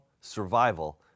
survival